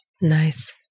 Nice